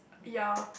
ya